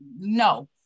no